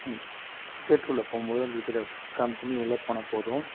நீங்கள் த்யேட்ரு உள்ளே போகும் போது அந்த டிக்கெட்டை காமிச்சி நீ உள்ளே போனால் போதும்